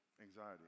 Anxiety